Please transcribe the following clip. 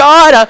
God